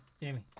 Jamie